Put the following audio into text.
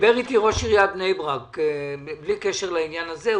--- בלי קשר לעניין הזה,